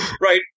Right